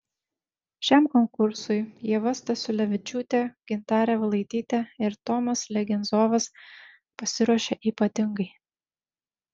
šiam konkursui ieva stasiulevičiūtė gintarė valaitytė ir tomas legenzovas pasiruošė ypatingai